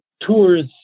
tours